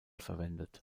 verwendet